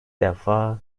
defa